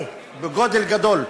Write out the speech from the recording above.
גדולים.